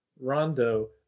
Rondo